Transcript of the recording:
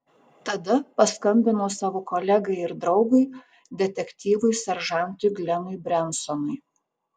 tada paskambino savo kolegai ir draugui detektyvui seržantui glenui brensonui